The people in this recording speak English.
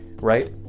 right